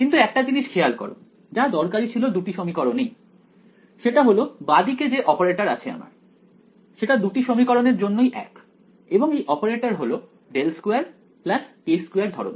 কিন্তু একটা জিনিস খেয়াল করো যা দরকারি ছিল দুটি সমীকরণ এই সেটা হল বাঁ দিকে যে অপারেটর আছে আমার সেটা দুটি সমীকরণের জন্যই এক এবং এই অপারেটর হল ∇2 k2 ধরনের